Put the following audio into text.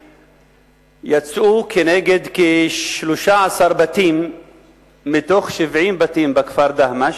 שהוצאו כנגד כ-13 בתים מתוך 70 בתים בכפר דהמש